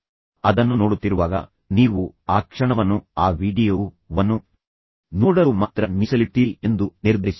ತದನಂತರ ನೀವು ಅದನ್ನು ನೋಡುತ್ತಿರುವಾಗ ನೀವು ಆ ಕ್ಷಣವನ್ನು ಆ ವೀಡಿಯೊ ವನ್ನು ನೋಡಲು ಮಾತ್ರ ಮೀಸಲಿಡುತ್ತೀರಿ ಎಂದು ನಿರ್ಧರಿಸಿ